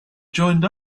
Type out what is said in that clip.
joined